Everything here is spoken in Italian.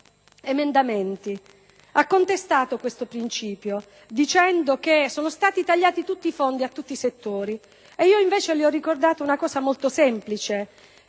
Ha contestato questo principio, dicendo che sono stati tagliati i fondi a tutti i settori e invece io le ho ricordato molto semplicemente